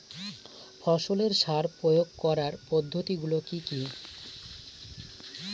ফসলের সার প্রয়োগ করার পদ্ধতি গুলো কি কি?